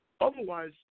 Otherwise